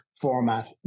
format